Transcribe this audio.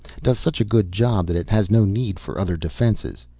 does such a good job that it has no need for other defenses.